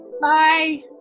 Bye